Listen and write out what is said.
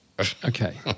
Okay